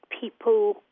people